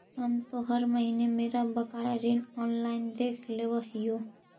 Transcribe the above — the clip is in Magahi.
हम तो हर महीने मेरा बकाया ऋण ऑनलाइन देख लेव हियो